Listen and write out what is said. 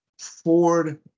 Ford